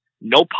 no